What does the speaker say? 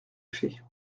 fait